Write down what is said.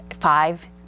five